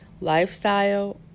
lifestyle